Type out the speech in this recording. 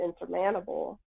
insurmountable